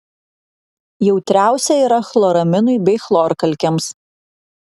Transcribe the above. jautriausia yra chloraminui bei chlorkalkėms